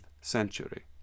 century